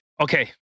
Okay